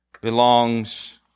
belongs